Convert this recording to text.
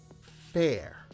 fair